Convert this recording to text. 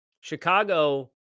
Chicago